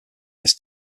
this